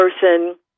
person